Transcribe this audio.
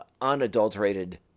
unadulterated